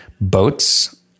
Boats